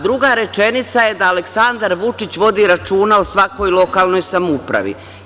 Druga rečenica je da Aleksandar Vučić vodi računa o svakoj lokalnoj samoupravi.